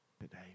today